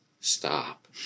Stop